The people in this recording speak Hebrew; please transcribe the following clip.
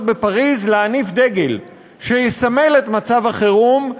בפריז להניף דגל שיסמל את מצב החירום,